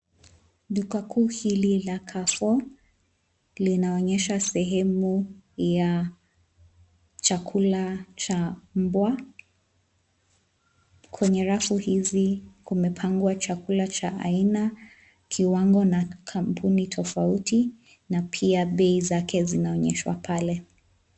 Duka kuu hili la Carrefour linaonyesha sehemu ya chakula cha mbwa. Kwenye rafu hizi kumepangwa chakula cha aina, kiwango na kampuni tofauti na pia bei zake zinaonyeshwa pale.